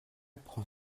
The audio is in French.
prend